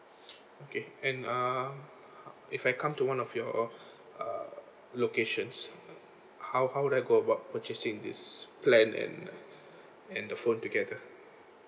okay and uh if I come to one of your uh locations how how do I go about purchasing this plan and uh and the phone together